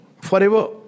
forever